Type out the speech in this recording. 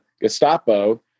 Gestapo